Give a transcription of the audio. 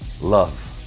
love